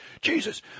Jesus